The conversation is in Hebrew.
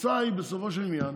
התוצאה היא בסופו של עניין